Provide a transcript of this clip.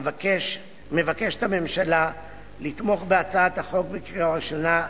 מבקשת הממשלה לתמוך בהצעת החוק בקריאה ראשונה,